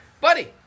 buddy